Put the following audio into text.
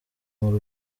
bw’u